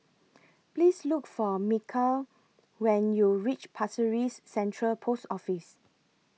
Please Look For Mikel when YOU REACH Pasir Ris Central Post Office